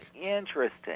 interesting